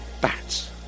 Bats